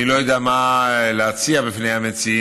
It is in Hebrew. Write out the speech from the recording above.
אני לא יודע מה להציע למציעים,